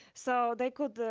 so they could,